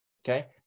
Okay